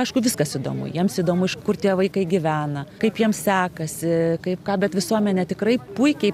aišku viskas įdomu jiems įdomu iš kur tie vaikai gyvena kaip jiems sekasi kaip ką bet visuomenė tikrai puikiai